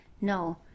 No